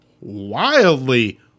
wildly